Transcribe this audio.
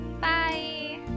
bye